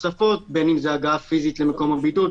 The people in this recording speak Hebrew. זה אומר שאם אדם רוצה מלונית, הוא יקבל מלונית.